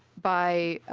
by